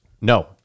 No